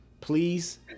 please